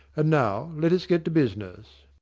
and now let us get to business.